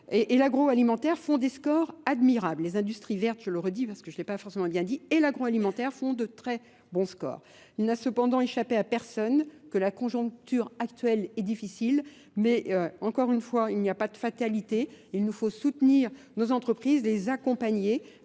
et l'agroalimentaire font des scores admirables. Les industries vertes, je le redis parce que je ne l'ai pas forcément bien dit, et l'agroalimentaire font de très bons scores. Il n'a cependant échappé à personne que la conjoncture actuelle est difficile mais encore une fois il n'y a pas de fatalité. Il nous faut soutenir nos entreprises, les accompagner,